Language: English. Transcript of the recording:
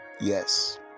Yes